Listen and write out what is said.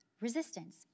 resistance